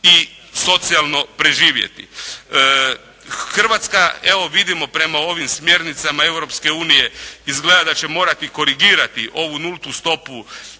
Hrvatska, evo vidimo prema ovim smjernicama Europske unije izgleda da će morati korigirati ovu nultu stopu